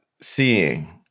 seeing